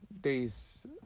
days